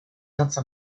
danza